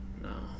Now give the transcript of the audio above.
No